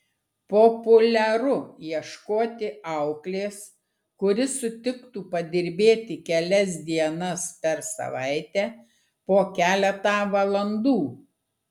populiaru ieškoti auklės kuri sutiktų padirbėti kelias dienas per savaitę po keletą valandų